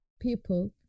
people